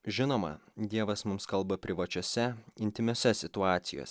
žinoma dievas mums kalba privačiose intymiose situacijos